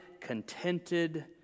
contented